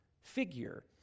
figure